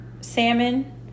salmon